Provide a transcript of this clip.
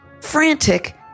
frantic